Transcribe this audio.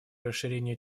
расширение